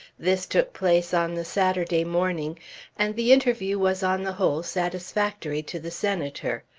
this took place on the saturday morning and the interview was on the whole satisfactory to the senator.